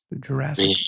Jurassic